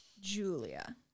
Julia